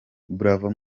bravo